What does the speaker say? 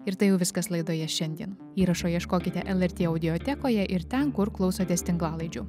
ir tai jau viskas laidoje šiandien įrašo ieškokite lrt audiotekoje ir ten kur klausotės tinklalaidžių